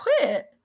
Quit